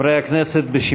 (חברי הכנסת מקדמים בקימה את פני נשיא המדינה.) נא לשבת.